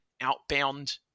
outbound